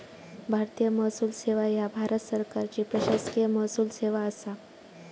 भारतीय महसूल सेवा ह्या भारत सरकारची प्रशासकीय महसूल सेवा असा